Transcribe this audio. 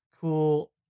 cool